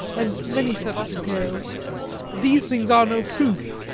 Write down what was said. and many such details. but these things are no proof,